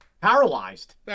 paralyzed